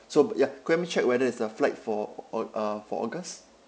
so ya could you help me check whether is the flight for au~ uh for august